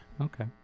Okay